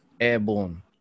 airborne